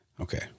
Okay